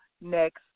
next